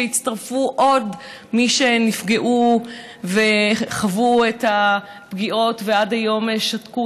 שיצטרפו עוד מי שנפגעו וחוו את הפגיעות ועד היום שתקו,